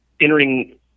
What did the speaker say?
entering